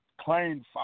claimed